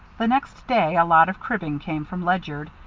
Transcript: the next day a lot of cribbing came from ledyard,